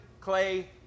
clay